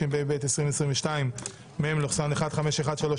התשפ"ב-2022 (מ/1513),